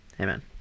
amen